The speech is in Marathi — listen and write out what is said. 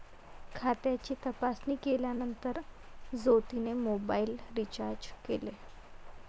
खात्याची तपासणी केल्यानंतर ज्योतीने मोबाइल रीचार्ज केले